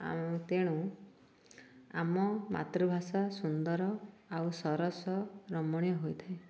ଆଉ ତେଣୁ ଆମ ମାତୃଭାଷା ସୁନ୍ଦର ଆଉ ସରସ ରମଣୀୟ ହୋଇଥାଏ